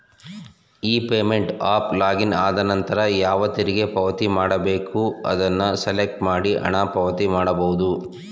E payment ಅಫ್ login ಆದನಂತರ ಯಾವ ತೆರಿಗೆ ಪಾವತಿ ಮಾಡಬೇಕು ಅದನ್ನು ಸೆಲೆಕ್ಟ್ ಮಾಡಿ ಹಣ ಪಾವತಿ ಮಾಡಬಹುದು